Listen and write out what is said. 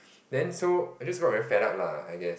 then so I just got very fed up lah I guess